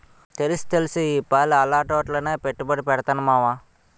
తెలుస్తెలుసు ఈపాలి అలాటాట్లోనే పెట్టుబడి పెడతాను మావా